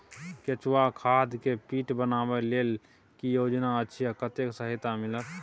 केचुआ खाद के पीट बनाबै लेल की योजना अछि आ कतेक सहायता मिलत?